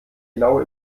genaue